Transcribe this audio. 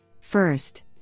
First